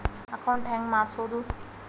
Account ಹೆಂಗ್ ಮಾಡ್ಸೋದು?